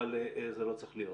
אבל זה לא צריך להיות.